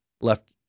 left